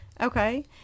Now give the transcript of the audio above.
Okay